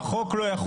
על מי החוק לא יחול.